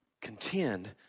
Contend